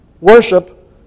worship